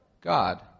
God